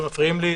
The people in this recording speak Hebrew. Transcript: שמפריעים לי.